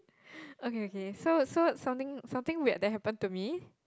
okay okay so so something something weird that happened to me